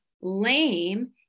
lame